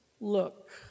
Look